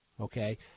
okay